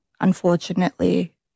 unfortunately